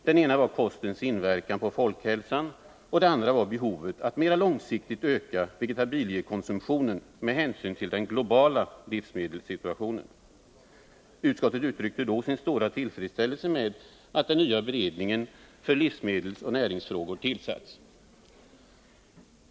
Det ena var kostens inverkan på folkhälsan och det andra behovet av att mera långsiktigt öka vegetabiliekonsumtionen med hänsyn till den globala livsmedelssituationen. Utskottet uttryckte sin stora tillfredsställelse med att den nya beredningen för livsmedelsoch näringsfrågor tillsatts.